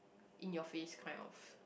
in your face kind of